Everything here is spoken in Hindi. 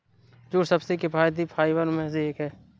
जूट सबसे किफायती फाइबर में से एक है